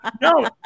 No